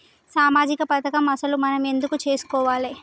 సామాజిక పథకం అసలు మనం ఎందుకు చేస్కోవాలే?